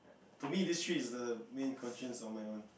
to me this three is the main constrain of my one